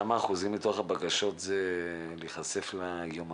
כמה אחוזים מתוך הבקשות זה להיחשף ליומנים?